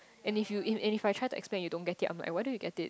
and if you and if I try to explain and you don't get it I'm like why don't you get it